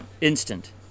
Instant